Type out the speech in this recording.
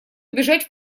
убежать